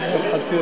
למנצח על איילת